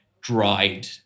dried